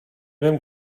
vem